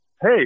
hey